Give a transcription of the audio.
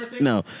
no